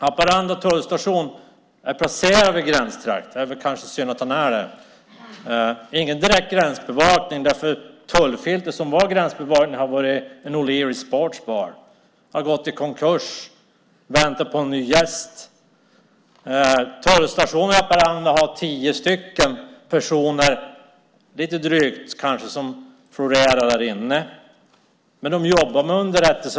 Haparanda tullstation är placerad i en gränstrakt. Det är kanske synd att den är det. Det är ingen direkt gränsbevakning, för det tullfilter som var gränsbevakning har gått i konkurs och väntar på en ny gäst. Tullstationen i Haparanda har tio personer, lite drygt kanske. Men de jobbar med underrättelse.